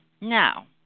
Now